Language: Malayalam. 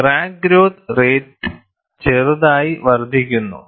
ക്രാക്ക് ഗ്രോത്ത് റേറ്റ് ചെറുതായി വർദ്ധിക്കുന്നു